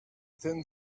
thin